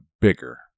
bigger